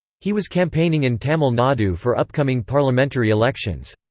he was campaigning in tamil nadu for upcoming parliamentary elections.